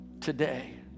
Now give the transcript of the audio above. today